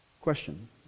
Question